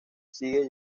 sigue